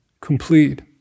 complete